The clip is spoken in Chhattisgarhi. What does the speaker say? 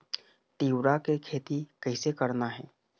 तिऊरा के खेती कइसे करना हे?